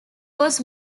was